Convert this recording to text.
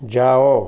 ଯାଅ